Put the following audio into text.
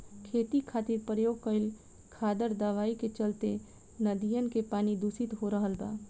खेती खातिर प्रयोग कईल खादर दवाई के चलते नदियन के पानी दुसित हो रहल बा